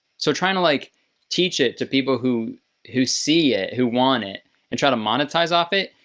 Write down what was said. so tryna like teach it to people who who see it, who want it and try to monetize off it.